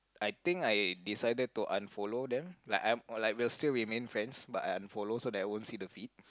I think I decided to unfollow them like I like we'll still remain friends but I unfollow so I won't see the feed